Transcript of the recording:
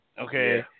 Okay